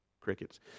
Crickets